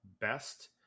best